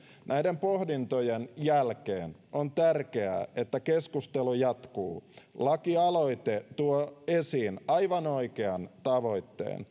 näiden pohdintojen jälkeen on tärkeää että keskustelu jatkuu lakialoite tuo esiin aivan oikean tavoitteen